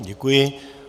Děkuji.